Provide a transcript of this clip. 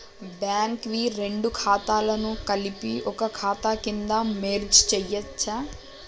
Bank వి రెండు ఖాతాలను కలిపి ఒక ఖాతా కింద మెర్జ్ చేయచ్చా?